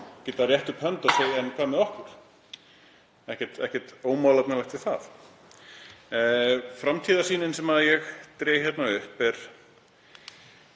geta rétt upp hönd og sagt: En hvað með okkur? Ekkert ómálefnalegt við það. Framtíðarsýnin sem ég dreg upp er